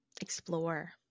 Explore